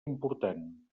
important